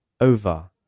Over